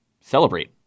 celebrate